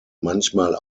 manchmal